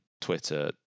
Twitter